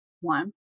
One